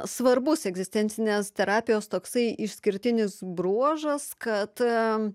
svarbus egzistencinės terapijos toksai išskirtinis bruožas kad